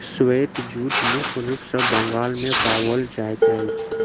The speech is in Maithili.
श्वेत जूट मुख्य रूप सॅ बंगाल मे पाओल जाइत अछि